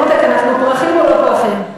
מותק, אנחנו פרחים או לא פרחים?